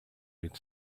with